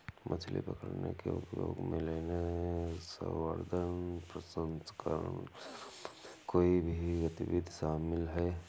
मछली पकड़ने के उद्योग में लेने, संवर्धन, प्रसंस्करण से संबंधित कोई भी गतिविधि शामिल है